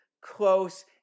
close